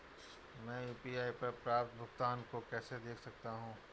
मैं यू.पी.आई पर प्राप्त भुगतान को कैसे देख सकता हूं?